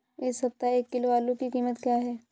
इस सप्ताह एक किलो आलू की कीमत क्या है?